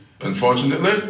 unfortunately